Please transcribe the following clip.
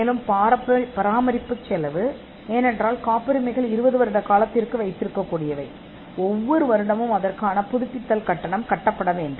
மேலும் பராமரிப்பு செலவு ஏனெனில் 20 ஆண்டு காலத்திற்கு வடிவங்கள் வைக்கப்பட வேண்டும் ஒவ்வொரு ஆண்டும் விழும் புதுப்பித்தல் கட்டணமும் செலுத்தப்பட வேண்டும்